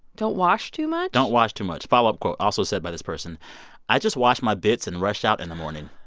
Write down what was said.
don't wash too much don't wash too much. follow-up quote also said by this person i just wash my bits and rush out in the morning.